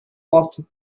lost